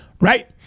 right